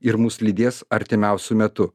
ir mus lydės artimiausiu metu